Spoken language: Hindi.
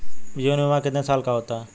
जीवन बीमा कितने साल का होता है?